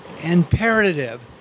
imperative